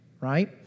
right